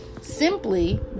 simply